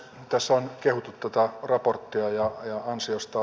tässä on kehuttu tätä raporttia ja ansiosta